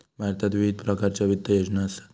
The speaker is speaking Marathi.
भारतात विविध प्रकारच्या वित्त योजना असत